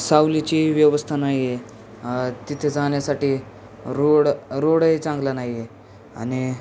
सावलीची व्यवस्था नाही आहे तिथे जाण्यासाठी रोड रोडही चांगलं नाही आहे आणि